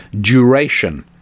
duration